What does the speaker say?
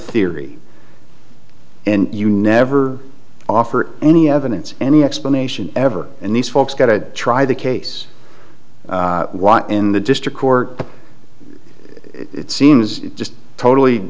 theory and you never offer any evidence any explanation ever and these folks got to try the case in the district court it seems just totally